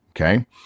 okay